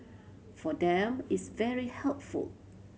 for them it's very helpful